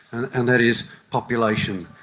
and that is population,